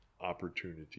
opportunity